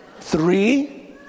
three